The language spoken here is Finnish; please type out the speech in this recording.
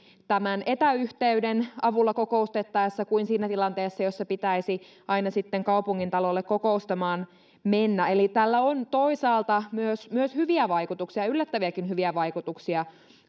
tämän etäyhteyden avulla kokoustettaessa kuin siinä tilanteessa jossa pitäisi aina kaupungintalolle kokoustamaan mennä eli tällä on toisaalta myös myös hyviä vaikutuksia yllättäviäkin hyviä vaikutuksia